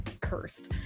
cursed